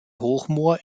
hochmoor